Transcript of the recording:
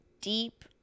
deep